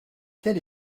tel